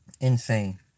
Insane